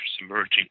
emerging